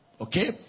Okay